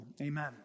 Amen